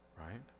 right